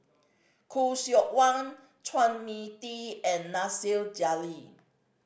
Khoo Seok Wan Chua Mia Tee and Nasir Jalil